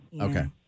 Okay